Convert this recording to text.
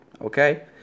okay